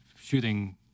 shooting